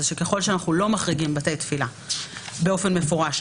שככל שאנחנו לא מחריגים בתי תפילה באופן מפורש,